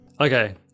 Okay